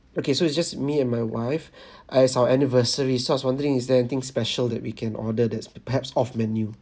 okay so it's just me and my wife as our anniversary so I was wondering is there anything special that we can order that's perhaps off menu